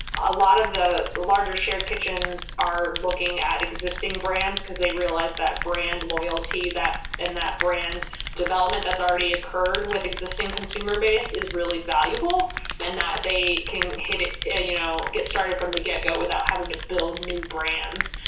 a lot of the larger shared kitchens are looking at existing brands because they realized that brand loyalty and that brand development, that's already occurred with existing consumer base, is really valuable and that they can yeah you know get started from the get-go without having to build new brands.